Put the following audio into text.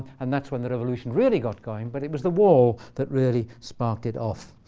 and that's when the revolution really got going. but it was the wall that really sparked it off.